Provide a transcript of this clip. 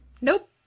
Nope